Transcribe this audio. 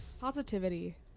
Positivity